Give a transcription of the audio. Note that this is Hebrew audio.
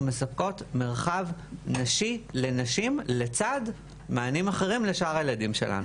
מספקות מרחב נשי לנשים לצד מענים אחרים לשאר הילדים שלנו.